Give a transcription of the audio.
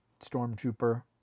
stormtrooper